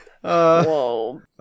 Whoa